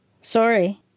Sorry